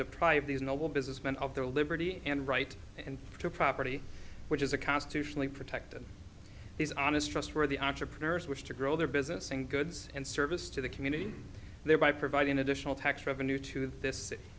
deprived these noble businessmen of their liberty and right to property which is a constitutionally protected these honest trustworthy entrepreneurs wish to grow their business and goods and services to the community thereby providing additional tax revenue to this